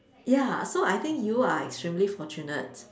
ya so I think you are extremely fortunate